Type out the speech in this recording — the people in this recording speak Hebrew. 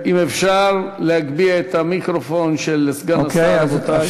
אם אפשר להגביר את המיקרופון של סגן השר, רבותי.